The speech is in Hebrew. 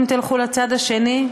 אם תלכו לצד השני,